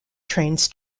trains